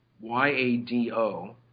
Y-A-D-O